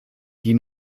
die